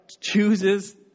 chooses